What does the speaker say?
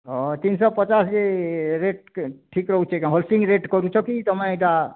ହଁ ତିନ୍ଶହ ପଚାଶକେ ରେଟ୍ ଠିକ୍ ରହୁଛେ କେ ହୋଲସେଲିଂ ରେଟ୍ କରୁଛ କି ତୁମେ ଏଇଟା